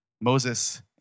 Moses